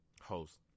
host